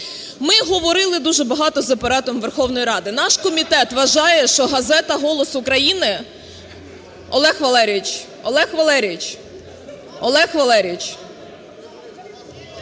Ми говорили дуже багато з Апаратом Верховної Ради. Наш комітет вважає, що газета "Голос України"… (Шум у залі) Олег Валерійович! Олег Валерійович! Олег Валерійович,